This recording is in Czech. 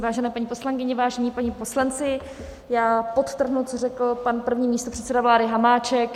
Vážené paní poslankyně, vážení páni poslanci, já podtrhnu, co říkal pan první místopředseda vlády Hamáček.